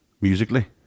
musically